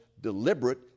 deliberate